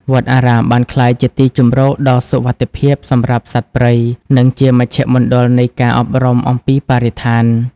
វត្តអារាមបានក្លាយជាទីជម្រកដ៏សុវត្ថិភាពសម្រាប់សត្វព្រៃ និងជាមជ្ឈមណ្ឌលនៃការអប់រំអំពីបរិស្ថាន។